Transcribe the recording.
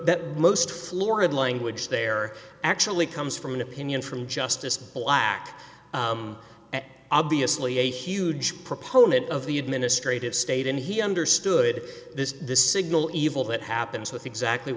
the most florid language there are actually comes from an opinion from justice black obviously a huge proponent of the administrative state and he understood this the signal evil that happens with exactly